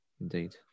indeed